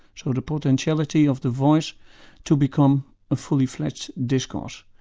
so the potentiality of the voice to become a fully-fledged discourse.